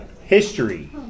history